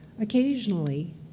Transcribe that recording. Occasionally